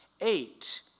eight